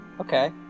Okay